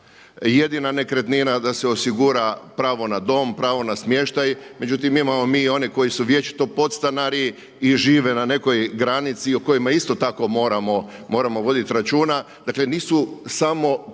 jedina nekretnina, da se osigura pravo na dom, pravo na smještaj, međutim imamo mi i one koji su vječito podstanari i žive na nekoj granici o kojima isto tako moramo voditi računa. Dakle nisu samo to ajmo